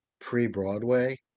pre-Broadway